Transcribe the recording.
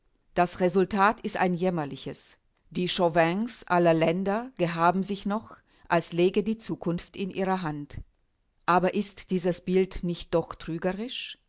das resultat ist ein jämmerliches die chauvins aller länder gehaben sich noch als läge die zukunft in ihrer hand aber ist dieses bild nicht doch trügerisch